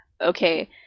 okay